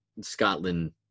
Scotland